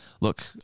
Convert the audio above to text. Look